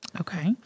Okay